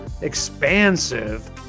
expansive